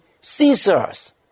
Caesars